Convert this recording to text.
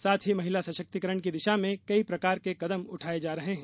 साथ ही महिला सशक्तीकरण की दिशा में कई प्रकार के कदम उठाये जा रहे है